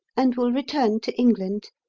and will return to england,